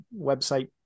website